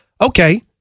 Okay